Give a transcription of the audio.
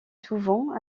souvent